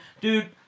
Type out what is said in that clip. dude